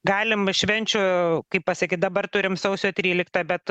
galim švenčių kaip pasakyt dabar turim sausio tryliktą bet